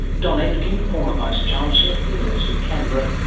don aitkin former vice-chancellor at the university of canberra,